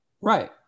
Right